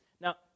Now